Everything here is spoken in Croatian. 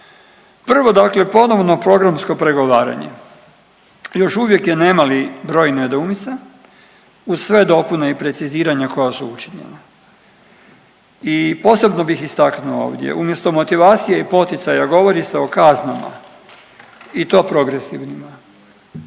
Prvo dakle ponovno programsko pregovaranje, još uvijek je nemali broj nedoumica uz sve dopune i preciziranja koja su učinjena i posebno bih istaknuo ovdje umjesto motivacije i poticaja govori se o kaznama i to progresivnima,